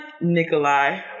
Nikolai